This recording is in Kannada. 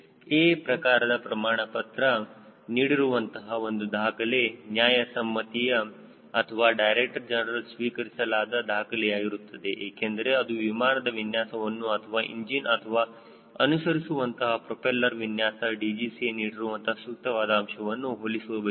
A ಪ್ರಕಾರದ ಪ್ರಮಾಣಪತ್ರ ನೀಡಿರುವಂತಹ ಒಂದು ದಾಖಲೆ ನ್ಯಾಯ ಸಮ್ಮತಿಯ ಅಥವಾ ಡೈರೆಕ್ಟರ್ ಜನರಲ್ ಸ್ವೀಕರಿಸಲಾದ ದಾಖಲಾಗಿರುತ್ತದೆ ಏಕೆಂದರೆ ಅದು ವಿಮಾನದ ವಿನ್ಯಾಸವನ್ನು ಅಥವಾ ಇಂಜಿನ್ ಅಥವಾ ಅನುಸರಿಸುವಂತಹ ಪ್ರೊಪೆಲ್ಲರ್ ವಿನ್ಯಾಸ DGCA ನೀಡಿರುವಂತಹ ಸೂಕ್ತವಾದ ಅಂಶವನ್ನು ಹೋಲಿಸಬೇಕು